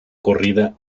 corrida